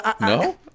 no